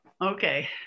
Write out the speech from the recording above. Okay